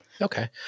Okay